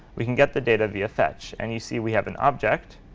we can get the data via fetch. and you see we have an object,